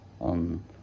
on